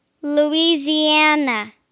Louisiana